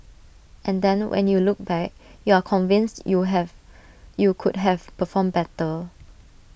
and then when you look back you are convinced you have you could have performed better